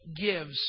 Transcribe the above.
gives